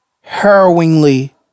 harrowingly